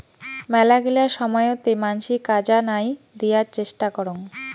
মেলাগিলা সময়তে মানসি কাজা নাই দিয়ার চেষ্টা করং